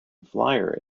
flyer